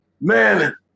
man